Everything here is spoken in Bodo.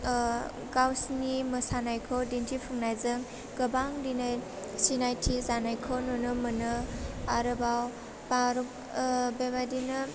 ओह गावसिनि मोसानायखौ दिन्थिफुंनाजों गोबां दिनै सिनायथि जानायखौ नुनो मोनो आरोबाव आर ओह बेबायदिनो